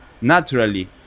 naturally